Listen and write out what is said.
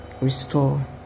restore